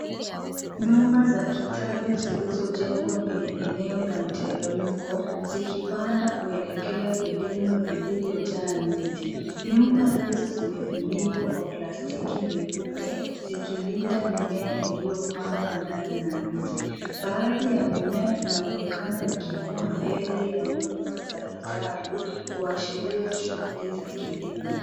Nyumba za kitalu zilizojengwa kwenye eneo la mteremko zikipanda kuelekea vilima vilivyojaa miti. Nyumba hizo zimefunikwa kwa plastiki nyeupe zikilinda mimea iliyopandwa ndani na nje. Baadhi ya mimea inaonekana ikikua mbele ya nyumba za kitalu kuashiria shughuli za kilimo.